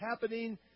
happening